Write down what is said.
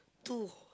two